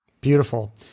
Beautiful